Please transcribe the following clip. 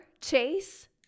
chase